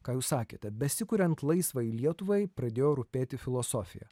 ką jūs sakėte besikuriant laisvai lietuvai pradėjo rūpėti filosofija